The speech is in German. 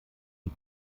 die